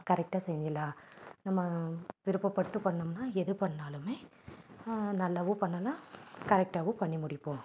கரெக்டாக செய்யலாம் நம்ம விருப்பப்பட்டு பண்ணோமுன்னால் எது பண்ணிணாலுமே நல்லாவும் பண்ணலாம் கரெக்டாகவும் பண்ணி முடிப்போம்